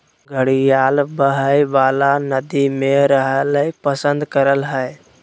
घड़ियाल बहइ वला नदि में रहैल पसंद करय हइ